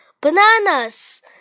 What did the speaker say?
bananas